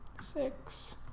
six